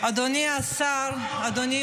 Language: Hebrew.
עוד לא